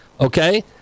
Okay